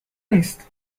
نیست